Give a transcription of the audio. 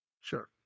Sure